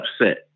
upset